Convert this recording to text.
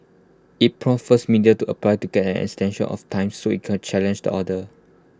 IT prompted first media to apply to get an extension of time so IT could challenge the order